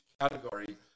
category